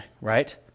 right